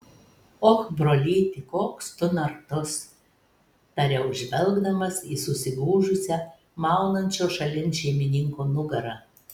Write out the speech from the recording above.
oho brolyti koks tu nartus tariau žvelgdamas į susigūžusią maunančio šalin šeimininko nugarą